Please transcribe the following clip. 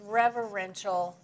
reverential